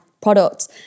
products